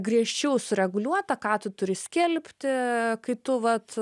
griežčiau sureguliuota ką tu turi skelbti kai tu vat